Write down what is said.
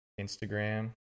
Instagram